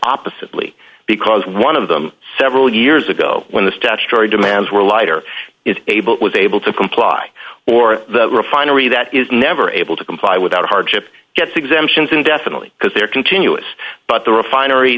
oppositely because one of them several years ago when the statutory demands were lighter is able was able to comply or refinery that is never able to comply without hardship gets exemptions indefinitely because their continuous but the refinery